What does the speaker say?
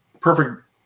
Perfect